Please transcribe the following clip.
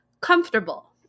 comfortable